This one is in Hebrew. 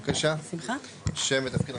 בבקשה, שם ותפקיד לפרוטוקול.